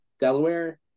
Delaware